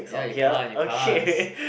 ya you can't you can't